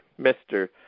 Mr